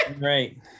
Right